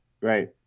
Right